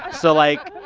ah so, like,